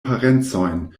parencojn